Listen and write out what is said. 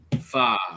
five